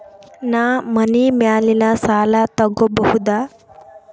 ನಾ ಮನಿ ಮ್ಯಾಲಿನ ಸಾಲ ತಗೋಬಹುದಾ?